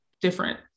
different